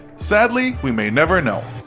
sadly, we may never know.